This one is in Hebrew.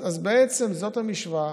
בעצם זאת המשוואה.